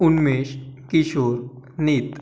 उन्मेष किशोर नीत